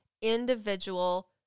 individual